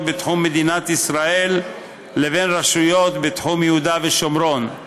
בתחום מדינת ישראל ובין רשויות בתחום יהודה ושומרון.